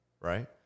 Right